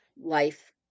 life